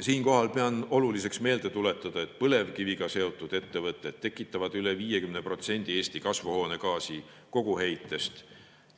Siinkohal pean oluliseks meelde tuletada, et põlevkiviga seotud ettevõtted tekitavad üle 50% Eesti kasvuhoonegaasi koguheitest.